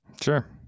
Sure